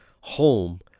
home